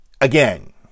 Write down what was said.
again